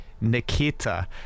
Nikita